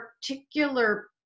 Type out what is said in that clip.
particular